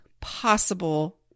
possible